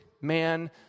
man